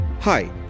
Hi